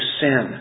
sin